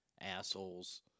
assholes